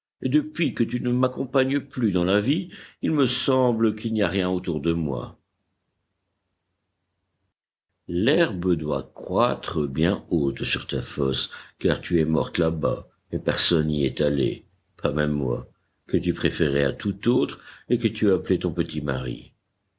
depuis que tu ne m'accompagnes plus dans la vie il me semble qu'il n'y a rien autour de moi l'herbe doit croître bien haute sur ta fosse car tu es morte là-bas et personne n'y est allé pas même moi que tu préférais à tout autre et que tu appelais ton petit mari